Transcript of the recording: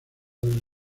del